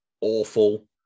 awful